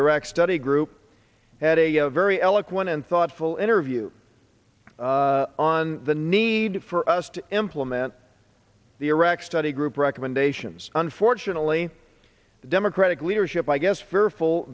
iraq study group had a very eloquent and thoughtful interview on the need for us to implement the iraq study group recommendations unfortunately the democratic leadership i guess fearful